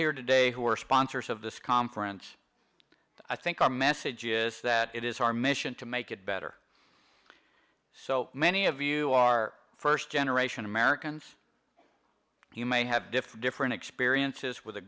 here today who are sponsors of this conference i think our message is that it is our mission to make it better so many of you are first generation americans you may have different different experiences w